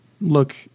Look